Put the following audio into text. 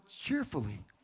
cheerfully